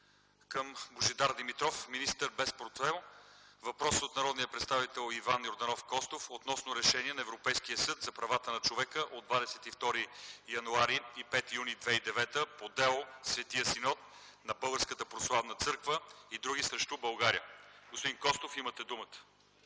към Божидар Димитров – министър без портфейл, от народния представител Иван Йорданов Костов относно решение на Европейския съд за правата на човека от 22 януари и 5 юни 2009 г. по дело „Светия Синод на Българската православна църква и други срещу България”. Господин Костов, имате думата.